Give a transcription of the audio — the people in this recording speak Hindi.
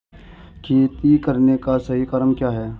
खेती करने का सही क्रम क्या है?